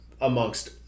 amongst